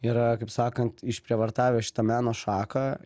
yra kaip sakant išprievartavę šitą meno šaką